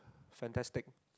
fantastic